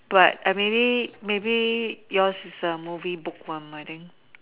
but I maybe maybe yours is a movie book one my thing